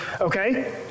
Okay